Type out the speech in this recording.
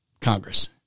Congress